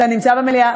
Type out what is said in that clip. אתה נמצא במליאה,